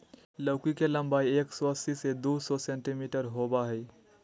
लौकी के लम्बाई एक सो अस्सी से दू सो सेंटीमिटर होबा हइ